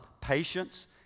patience